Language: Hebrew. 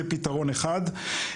זה פתרון אחד.